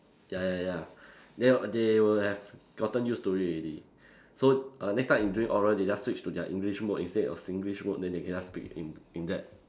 ya ya ya then they will have gotten use to it already so err next time in during oral they just switch to their English mode instead of Singlish mode then they can just speak in in that